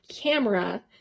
camera